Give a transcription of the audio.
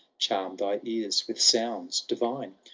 charm thy ears with sounds divine,